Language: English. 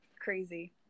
crazy